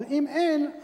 אבל אם אין,